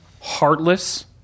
heartless